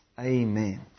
Amen